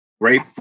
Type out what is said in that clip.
great